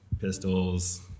pistols